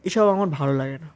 এসব আমারা ভালো লাগে না